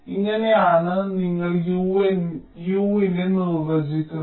ഇങ്ങനെയാണ് നിങ്ങൾ Uനെ നിർവ്വചിക്കുന്നത്